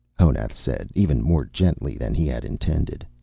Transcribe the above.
honath said, even more gently than he had intended.